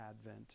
Advent